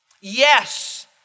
Yes